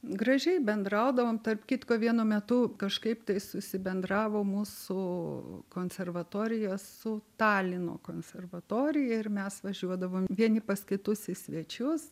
gražiai bendraudavom tarp kitko vienu metu kažkaip tai susibendravo mūsų konservatorija su talino konservatorija ir mes važiuodavom vieni pas kitus į svečius